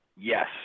Yes